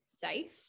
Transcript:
safe